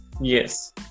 Yes